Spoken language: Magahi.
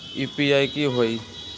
यू.पी.आई की होई?